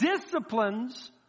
disciplines